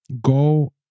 go